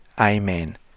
Amen